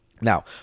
Now